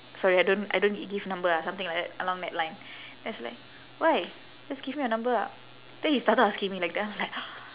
sorry I don't I don't g~ give number ah something like that along that line then he's like why just give me your number ah then he started asking me like then I'm like